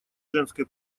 женской